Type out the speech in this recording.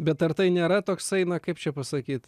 bet ar tai nėra toksai na kaip čia pasakyt